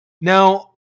Now